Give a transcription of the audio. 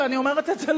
היא היתה צריכה